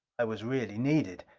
i was really needed.